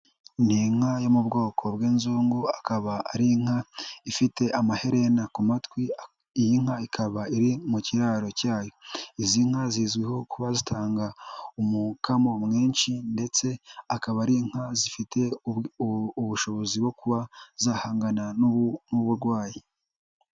Ni inka yo mu bwoko bw'inzungu. Akaba ari inka ifite amaherena ku matwi. Iyi nka ikaba iri mu kiraro cyayo. Izi nka zizwiho kuba zitanga umukamo mwinshi ndetse akaba ari inka zifite ubushobozi bwo kuba zahangana n'uburwayi.